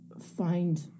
find